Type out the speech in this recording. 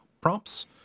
prompts